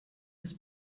des